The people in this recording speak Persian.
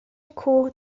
کوه